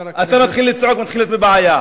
החלום שלכם לחסל אותנו.